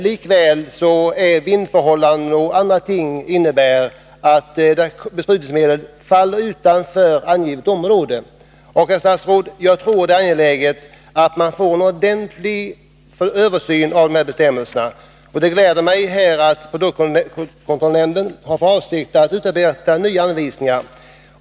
Likväl innebär vindförhållanden och annat att bekämpningsmedlen faller utanför det angivna området. Herr talman! Jag tror att det är angeläget att det görs en ordentlig översyn av bestämmelserna. Det glädjer mig att produktkontrollnämnden har för avsikt att utarbeta nya anvisningar.